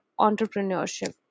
Entrepreneurship